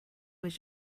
was